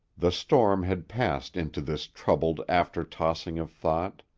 the storm had passed into this troubled after-tossing of thought.